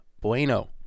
bueno